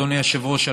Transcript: אדוני היושב-ראש,